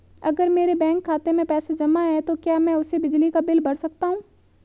अगर मेरे बैंक खाते में पैसे जमा है तो क्या मैं उसे बिजली का बिल भर सकता हूं?